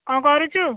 କ'ଣ କରୁଛୁ